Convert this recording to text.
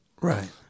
Right